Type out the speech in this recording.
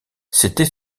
c’était